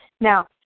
Now